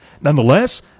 Nonetheless